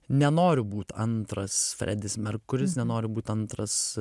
nenoriu būt antras fredis merkuris nenoriu būt antras